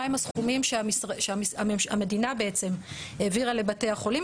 מהם הסכומים שהמדינה העבירה לבתי החולים,